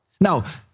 Now